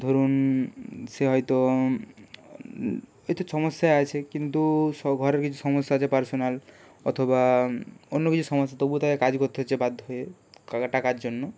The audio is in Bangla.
ধরুন সে হয়তো হয়তো সমস্যায় আছে কিন্তু সব ঘরের কিছু সমস্যা আছে পার্সোনাল অথবা অন্য কিছু সমস্যা তবুও তাকে কাজ করতে হচ্ছে বাধ্য হয়ে কটা টাকার জন্য